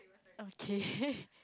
okay